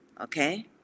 okay